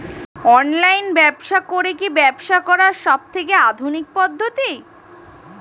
Online ব্যবসা করে কি ব্যবসা করার সবথেকে আধুনিক পদ্ধতি?